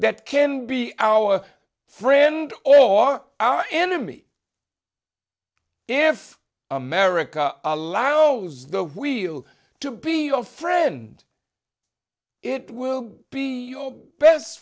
that can be our friend or our enemy if america allows the wheel to be a friend it will be your best